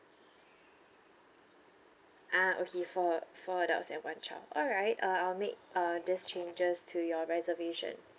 ah okay four four adults and one child alright uh I'll make uh this changes to your reservation